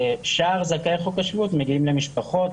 שאר זכאי חוק השבות מגיעים למשפחות,